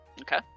Okay